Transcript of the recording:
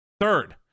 Third